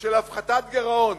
של הפחתת גירעון.